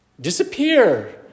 disappear